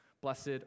blessed